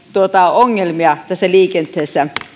ongelmia tässä liikenteessä